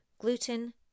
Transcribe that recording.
Gluten